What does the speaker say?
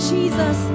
Jesus